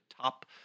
top